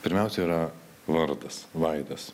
pirmiausia yra vardasvaidas